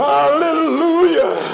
Hallelujah